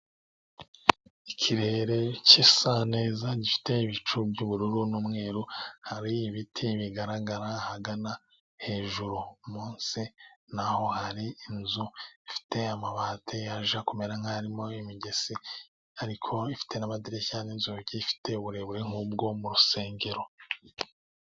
Ikirere kisa neza gifite ibicu by'ubururu n'umweru hari ibiti bigaragara ahagana hejuru, munsi naho hari inzu ifite amabati yaje kumera nk'ayarimo imigese, ariko ifite n'amadirishya n'inzugi ifite uburebure nk'ubwo mu rusengero.